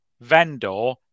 vendor